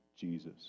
Jesus